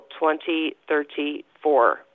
2034